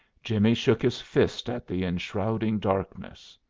jimmie shook his fist at the enshrouding darkness.